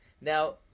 Now